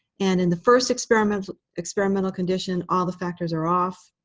and in the first experimental experimental condition, all the factors are off.